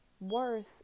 worth